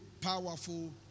powerful